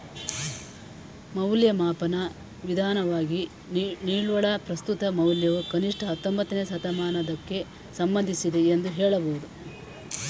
ಮೌಲ್ಯಮಾಪನ ವಿಧಾನವಾಗಿ ನಿವ್ವಳ ಪ್ರಸ್ತುತ ಮೌಲ್ಯವು ಕನಿಷ್ಠ ಹತ್ತೊಂಬತ್ತನೇ ಶತಮಾನದಕ್ಕೆ ಸಂಬಂಧಿಸಿದೆ ಎಂದು ಹೇಳಬಹುದು